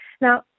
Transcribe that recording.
Now